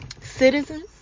citizens